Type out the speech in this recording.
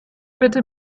bitte